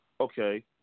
Okay